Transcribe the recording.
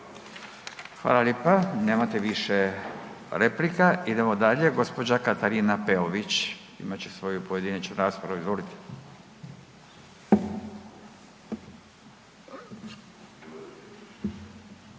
Hvala lijepa. Nemate više replika, idemo dalje, gđa. Katarina Peović imat će svoju pojedinačnu raspravu, izvolite.